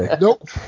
Nope